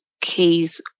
keys